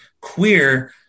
queer